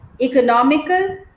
economical